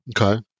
Okay